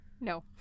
No